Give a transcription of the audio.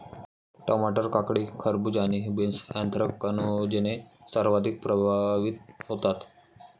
टमाटर, काकडी, खरबूज आणि बीन्स ऍन्थ्रॅकनोजने सर्वाधिक प्रभावित होतात